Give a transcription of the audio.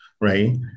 right